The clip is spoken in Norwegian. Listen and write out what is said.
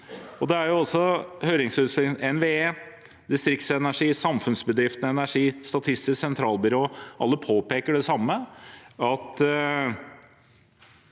fra NVE, Distriktsenergi, Samfunnsbedriftene Energi, Statistisk sentralbyrå – alle påpeker det samme: